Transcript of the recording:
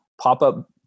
pop-up